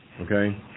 Okay